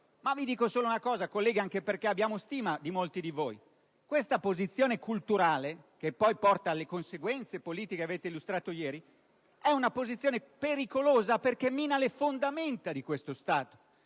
vi ricordo solo una cosa, colleghi, anche perché abbiamo stima di molti di voi: la posizione culturale che porta alle conseguenze politiche che avete illustrato ieri è pericolosa perché mina le fondamenta di questo Stato.